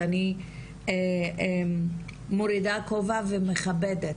שאני מורידה כובע ומכבדת,